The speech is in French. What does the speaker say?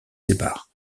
sépare